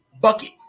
bucket